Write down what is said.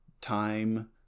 time